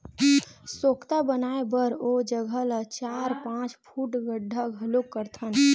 सोख्ता बनाए बर ओ जघा ल चार, पाँच फूट गड्ढ़ा घलोक करथन